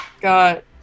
Got